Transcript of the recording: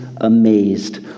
amazed